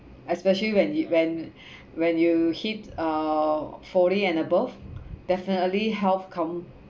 especially when it when when you hit uh forty and above definitely health come